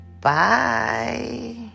bye